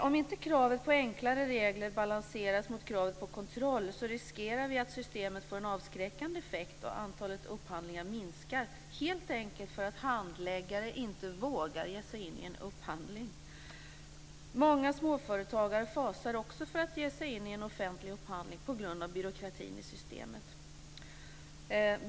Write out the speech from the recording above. Om inte kravet på enklare regler balanseras mot kravet på kontroll riskerar vi att systemet får en avskräckande effekt och att antalet upphandlingar minskar, helt enkelt därför att handläggare inte vågar ge sig in i en upphandling. Många småföretagare fasar också för att ge sig in i en offentlig upphandling på grund av byråkratin i systemet.